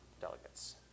delegates